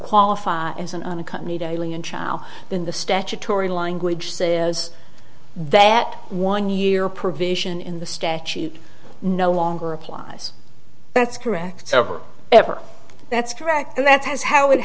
qualify as an unaccompanied alien child then the statutory language says that one year provision in the statute no longer applies that's correct ever ever that's correct and that has how it